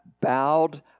bowed